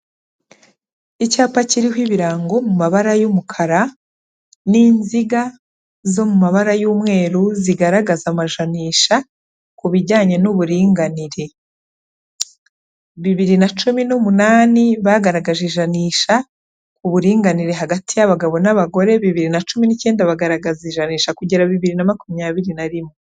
Icyapa kiriho ibirango mu mabara y'umukaraga, n'inziga zo mu mabara y'umweru zigaragaza amajanisha ku bijyanye n'uburinganire, bibiri na cumi n'umunani bagaragaje ijanisha ku buringanire hagati y'abagabo n'abagore bibiri na cumi n'icyenda bagaragaza ijanisha kugera bibiri na makumyabiri na rimwe.